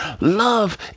Love